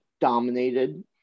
dominated